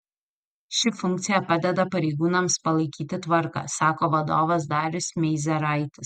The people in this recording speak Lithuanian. ši funkcija padeda pareigūnams palaikyti tvarką sako vadovas darius meizeraitis